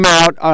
out